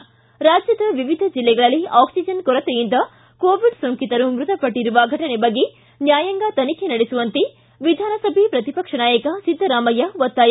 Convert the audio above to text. ಿ ರಾಜ್ಯದ ವಿವಿಧ ಜಿಲ್ಲೆಗಳಲ್ಲಿ ಆಕ್ಸಿಜನ್ ಕೊರತೆಯಿಂದ ಕೋವಿಡ್ ಸೋಂಕಿತರು ಮೃತಪಟ್ಟಿರುವ ಘಟನೆ ಬಗ್ಗೆ ನ್ಯಾಯಾಂಗ ತನಿಖೆ ನಡೆಸುವಂತೆ ವಿಧಾನಸಭೆ ಪ್ರತಿಪಕ್ಷ ನಾಯಕ ಸಿದ್ದರಾಮಯ್ಯ ಒತ್ತಾಯ